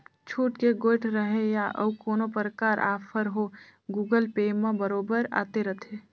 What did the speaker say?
छुट के गोयठ रहें या अउ कोनो परकार आफर हो गुगल पे म बरोबर आते रथे